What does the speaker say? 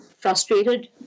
frustrated